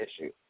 issue